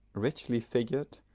richly figured,